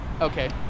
Okay